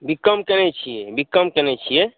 B com केने छिए B com केने छिए